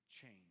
change